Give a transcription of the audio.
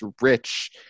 rich